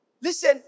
Listen